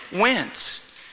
wins